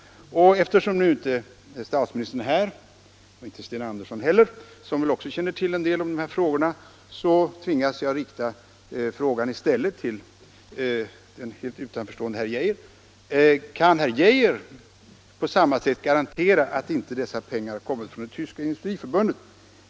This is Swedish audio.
Eftersom nu inte statsministern är här och inte heller herr Sten Andersson i Stockholm, som väl också känner till en del om de här frågorna, tvingas jag i stället rikta min fråga till den helt utanförstående herr Geijer: Kan herr Geijer på samma sätt garantera att inte dessa pengar har kommit från det tyska industriförbundet?